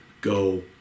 go